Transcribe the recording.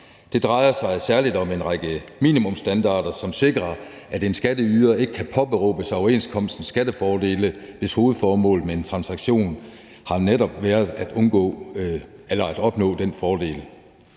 Det drejer sig særlig om en række minimumsstandarder, som sikrer, at en skatteyder ikke kan påberåbe sig overenskomstens skattefordele, hvis hovedformålet med en transaktion netop har været at opnå den fordel.